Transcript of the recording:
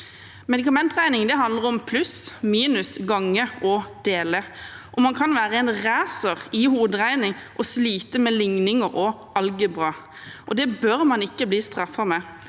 Medikamentregning handler om pluss, minus, gange og dele. Man kan være en racer i hoderegning, men slite med ligninger og algebra, og det bør man ikke bli straffet for.